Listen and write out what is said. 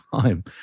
time